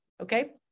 okay